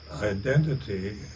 identity